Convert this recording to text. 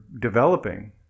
developing